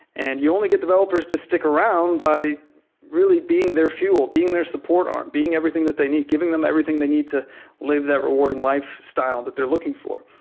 and you only get developers to stick around by really being their fuel, being their support arm, being everything that they need, giving them everything they need to live that rewarding lifestyle that they're looking for.